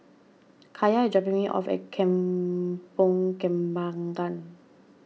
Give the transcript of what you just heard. Kaya is dropping me off at Kampong Kembangan